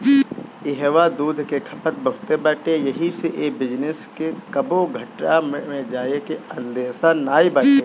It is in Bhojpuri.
इहवा दूध के खपत बहुते बाटे एही से ए बिजनेस के कबो घाटा में जाए के अंदेशा नाई बाटे